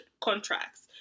contracts